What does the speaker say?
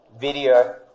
video